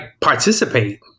participate